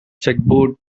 checkerboard